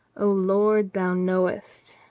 o lord, thou knowest.